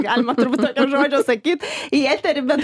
galima turbūt žodžio sakyt į eterį bet